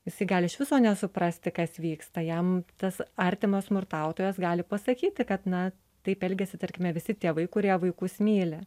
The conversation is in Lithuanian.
jisai gali iš viso nesuprasti kas vyksta jam tas artimas smurtautojas gali pasakyti kad na taip elgiasi tarkime visi tėvai kurie vaikus myli